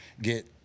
get –